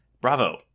bravo